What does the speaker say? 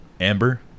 Amber